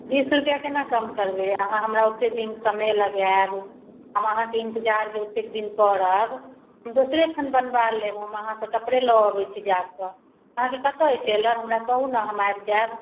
बीस रुपैआ कोना कम करबै अहाँ हमरा ओतेक दिन समय लगाएब हम अहाँके इन्तजार जे ओतेक दिन करब हम दोसरे ठाम बनबा लेब हम अहाँसँ कपड़े लऽ अबै छी जाकऽ अहाँके कतऽ अछि टेलर हमरा कहू ने हम आबि जाएब